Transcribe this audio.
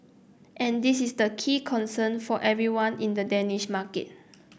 and this is the key concern for everyone in the Danish market